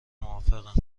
موافقم